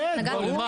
לקרקעי! לרשת הולכה.